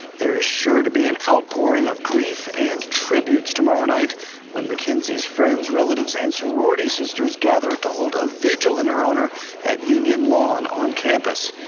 there's sure to be an outpouring of grief and tributes tomorrow night when mackenzie's friends, relatives and sorority sisters gather to hold a vigil in her honor at union lawn on campus.